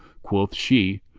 quoth she,